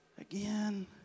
Again